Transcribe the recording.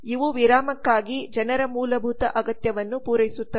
ಇದು ವಿರಾಮಕ್ಕಾಗಿ ಜನರ ಮೂಲಭೂತ ಅಗತ್ಯವನ್ನು ಪೂರೈಸುತ್ತದೆ